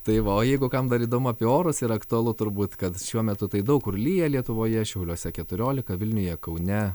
tai va o jeigu kam dar įdomu apie orus ir aktualu turbūt kad šiuo metu tai daug kur lyja lietuvoje šiauliuose keturiolika vilniuje kaune